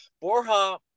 Borja